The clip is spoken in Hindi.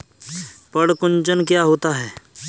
पर्ण कुंचन क्या होता है?